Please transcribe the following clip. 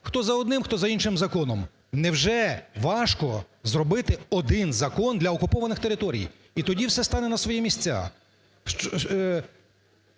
хто за одним, хто за іншим законом. Невже важко зробити один закон для окупованих територій? І тоді все стане на свої місця.